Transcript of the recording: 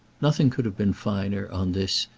nothing could have been finer, on this,